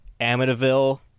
Amityville